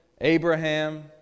Abraham